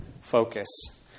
focus